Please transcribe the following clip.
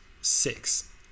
six